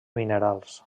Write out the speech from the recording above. minerals